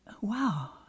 wow